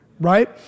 right